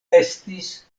estis